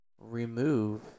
remove